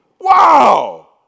Wow